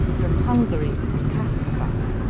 from hungary kascaval